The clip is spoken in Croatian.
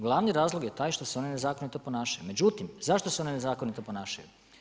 Glavni razlog je taj što se one nezakonito ponašaju, međutim zašto se one nezakonito ponašaju?